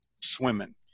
swimming